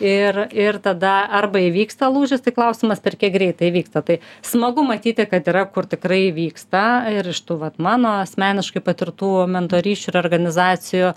ir ir tada arba įvyksta lūžis tai klausimas per kiek greitai įvyksta tai smagu matyti kad yra kur tikrai įvyksta ir iš tų vat mano asmeniškai patirtų mentorysčių ar organizacijų